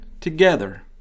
together